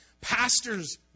Pastors